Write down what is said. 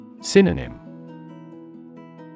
Synonym